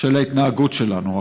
של ההתנהגות שלנו.